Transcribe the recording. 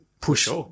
push